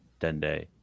Dende